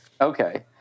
Okay